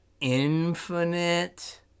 infinite